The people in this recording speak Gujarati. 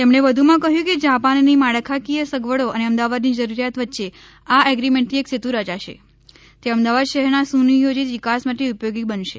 તેમણે વધુમાં કહ્યું કે જા ાનની માળખાકીય સગવડો અને અમદાવાદની જરૂરિયાત વચ્ચે આ એગ્રીમેન્ટથી એક સેતુ રયાશે તે અમદાવાદ શહેરના સુનિયોજીત વિકાસ માટે ઉપ યોગી બનશે